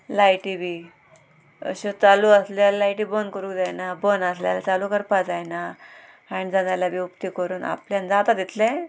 लायटी बी अश्यो चालू आसल्यार लायटी बंद करूंक जायना बंद आसल्यार चालू करपाक जायना आनी जाय जाल्यार बी उक्ती करून आपल्यान जाता तितलें